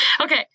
Okay